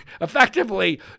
effectively